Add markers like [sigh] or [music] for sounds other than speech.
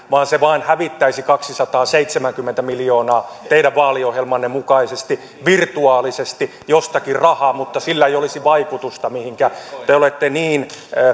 [unintelligible] vaan se vain hävittäisi kaksisataaseitsemänkymmentä miljoonaa teidän vaaliohjelmanne mukaisesti virtuaalisesti jostakin rahaa mutta sillä ei olisi vaikutusta mihinkään te olette niin